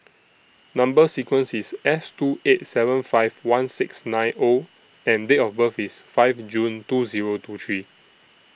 Number sequence IS S two eight seven five one six nine O and Date of birth IS five June two Zero two three